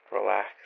Relax